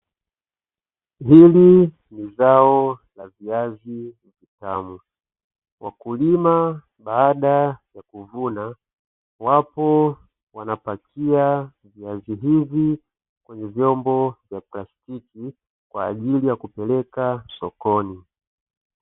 Hili ni zao la viazi vitamu wakulima baada ya kuvuna wapo wanapakia viazi hivi kwenye vyombo vya plastiki, kwa ajili ya kupeleka sokoni.